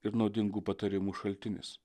ir naudingų patarimų šaltinis